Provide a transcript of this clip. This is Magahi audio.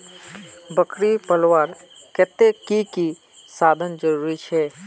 बकरी पलवार केते की की साधन जरूरी छे?